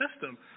system